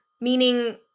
Meaning